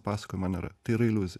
pasakojimo nėra tai yra iliuzija